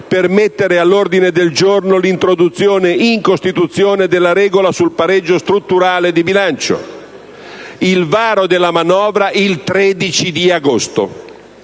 per mettere all'ordine del giorno l'introduzione in Costituzione della regola sul pareggio strutturale di bilancio; il varo della manovra il 13 agosto.